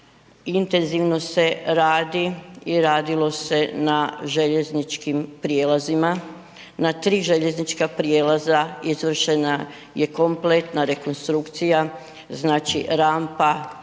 intenzivno se radi i radilo se na željezničkim prijelazima, na 3 željeznička prijelaza izvršena je kompletna rekonstrukcija, znači rampa